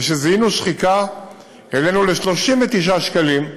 וכשזיהינו שחיקה העלינו ל-39 שקלים.